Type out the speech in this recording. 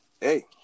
hey